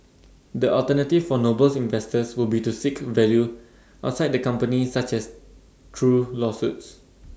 the alternative for Noble's investors would be to seek value outside the company such as through lawsuits